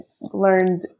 learned